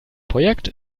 projekt